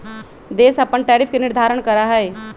देश अपन टैरिफ के निर्धारण करा हई